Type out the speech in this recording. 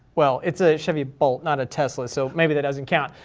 well, it's a chevy bolt, not a tesla, so maybe that doesn't count,